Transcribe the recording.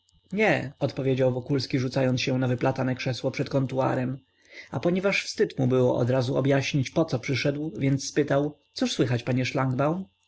nie odpowiedział wokulski rzucając się na wyplatane krzesło przed kontuarem a ponieważ wstyd mu było odrazu objaśnić poco przyszedł więc spytał cóż słychać panie